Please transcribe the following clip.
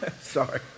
Sorry